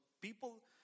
people